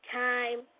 time